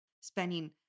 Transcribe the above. spending